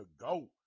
go